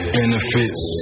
Benefits